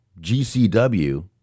GCW